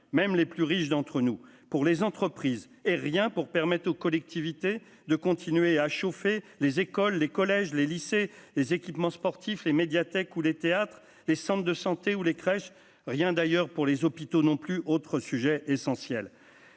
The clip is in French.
même les plus riches d'entre nous, pour les entreprises et rien pour permettre aux collectivités de continuer à chauffer les écoles, les collèges, les lycées, les équipements sportifs, les médiathèques ou les théâtres, les centres de santé ou les crèches rien d'ailleurs pour les hôpitaux, non plus, autre sujet essentiel